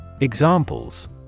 Examples